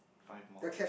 five more